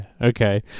Okay